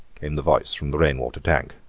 came the voice from the rain-water tank,